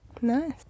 Nice